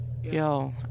yo